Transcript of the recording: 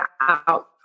out